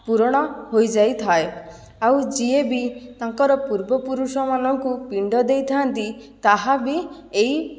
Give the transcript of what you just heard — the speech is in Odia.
ପୂରଣ ହୋଇଯାଇଥାଏ ଆଉ ଯିଏ ବି ତାଙ୍କର ପୂର୍ବପୁରୁଷମାନଙ୍କୁ ପିଣ୍ଡ ଦେଇଥାନ୍ତି ତାହା ବି ଏହି